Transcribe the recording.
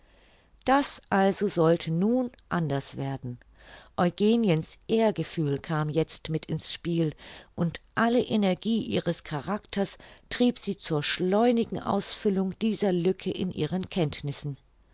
das also sollte nun anders werden eugeniens ehrgefühl kam jetzt mit in's spiel und alle energie ihres charakters trieb sie zur schleunigen ausfüllung dieser lücke in ihren kenntnissen